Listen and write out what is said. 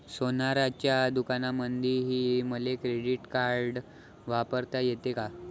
सोनाराच्या दुकानामंधीही मले क्रेडिट कार्ड वापरता येते का?